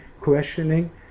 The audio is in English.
questioning